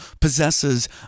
possesses